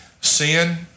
sin